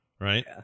right